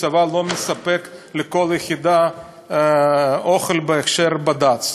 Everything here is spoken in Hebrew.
הצבא לא מספק לכל יחידה אוכל בהכשר בד"ץ.